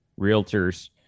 realtors